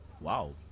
Wow